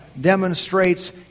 demonstrates